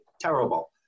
Terrible